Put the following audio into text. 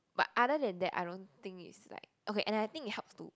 but other than that I don't think it's like and I think it helps to